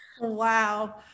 Wow